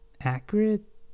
accurate